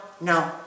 no